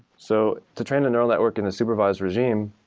so to train the neural network in a supervised regime,